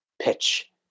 pitch